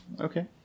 Okay